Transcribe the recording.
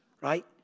right